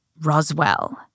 Roswell